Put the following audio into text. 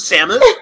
Samus